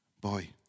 Boy